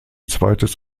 zweites